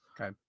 Okay